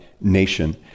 nation